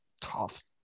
Tough